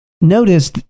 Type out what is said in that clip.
notice